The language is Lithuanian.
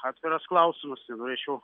atviras klausimus ir norėčiau